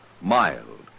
mild